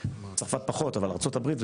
צרפת פחות, אבל ארצות הברית,